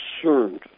concerned